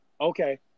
Okay